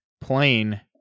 plane